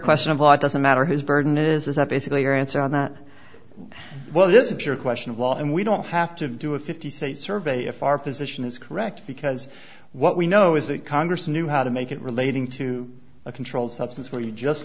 question of law doesn't matter his burden it is that basically your answer on that well this is your question of law and we don't have to do a fifty state survey if our position is correct because what we know is that congress knew how to make it relating to a controlled substance where you just